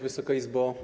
Wysoka Izbo!